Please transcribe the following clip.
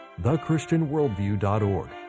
thechristianworldview.org